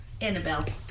annabelle